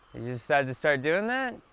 you just decided to start doing that?